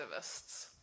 activists